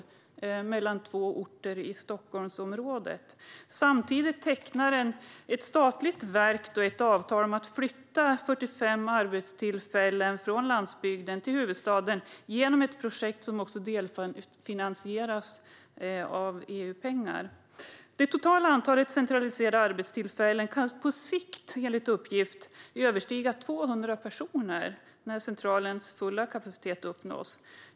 De flyttas mellan två orter i Stockholmsområdet. Samtidigt tecknar ett statligt verk ett avtal om att flytta 45 arbetstillfällen från landsbygden till huvudstaden genom ett projekt som delfinansieras av EU-pengar. Det totala antalet centraliserade arbetstillfällen kan på sikt, enligt uppgift, överstiga 200 personer när centralens fulla kapacitet uppnås.